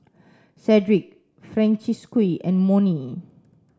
Sedrick Francisqui and Monnie